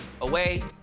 away